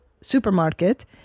supermarket